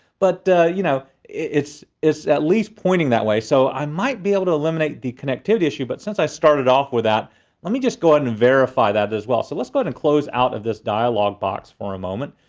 but you know it's it's at least pointing that way, so i might be able to eliminate the connectivity issue but since i started off with that let me just go ahead and verify that as well. so let's go ahead and close out of this dialogue box for a moment.